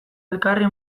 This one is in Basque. elkarri